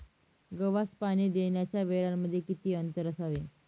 गव्हास पाणी देण्याच्या वेळांमध्ये किती अंतर असावे?